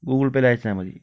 Google പേയിൽ അയച്ചാൽ മതി